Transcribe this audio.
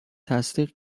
تصدیق